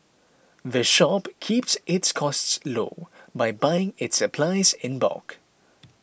the shop keeps its costs low by buying its supplies in bulk